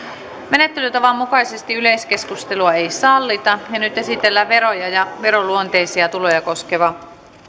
menettelytavan mukaisesti yleiskeskustelua ei sallita nyt esitellään veroja ja veronluonteisia tuloja koskeva